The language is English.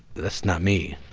that's not me.